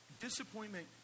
disappointment